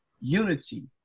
unity